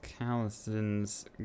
Callison's